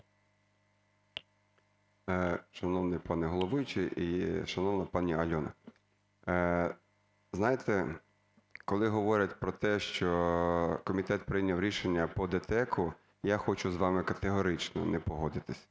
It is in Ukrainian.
Шановний пане головуючий і шановна пані Альона, знаєте, коли говорять про те, що комітет прийняв рішення по ДТЕКу, я хочу з вами категорично не погодитись.